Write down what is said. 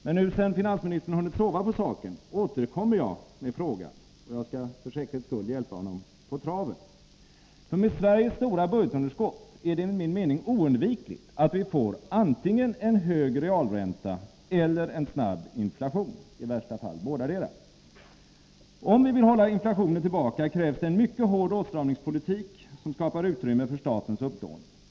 Men nu sedan finansministern hunnit sova på saken återkommer jag med frågan, och jag skall för säkerhets skull hjälpa honom på traven. Med Sveriges stora budgetunderskott är det enligt min mening oundvikligt att vi får antingen en hög realränta eller en snabb inflation — i värsta fall bådadera. Om vi vill hålla tillbaka inflationen krävs det en mycket hård åtstramningspolitik, som skapar utrymme för statens upplåning.